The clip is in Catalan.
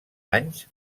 anys